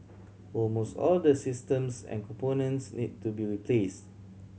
almost all the systems and components need to be replaced